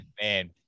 man